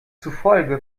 zufolge